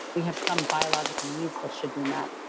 we have some biological needs that should be met.